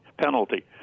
penalty